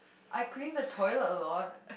I clean the toilet a lot